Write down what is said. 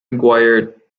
mcguire